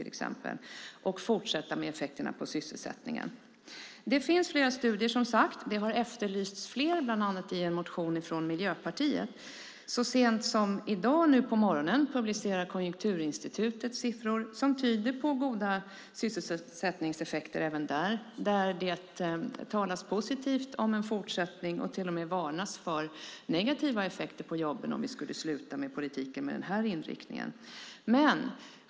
Det finns som sagt flera studier, och det har efterlysts fler, bland annat i en motion från Miljöpartiet. I morse publicerade Konjunkturinstitutet siffror som tyder på goda sysselsättningseffekter. Det talas positivt om en fortsättning och varnas för negativa effekter på jobben om vi skulle sluta med politiken med denna inriktning.